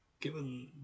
given